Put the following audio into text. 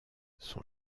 son